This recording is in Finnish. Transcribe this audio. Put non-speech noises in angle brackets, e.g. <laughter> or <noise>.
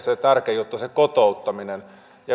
<unintelligible> se tärkein juttu on se kotouttaminen